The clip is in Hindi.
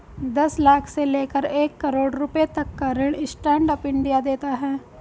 दस लाख से लेकर एक करोङ रुपए तक का ऋण स्टैंड अप इंडिया देता है